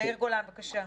יאיר גולן, בבקשה.